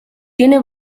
tiene